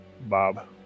Bob